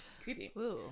Creepy